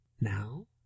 Now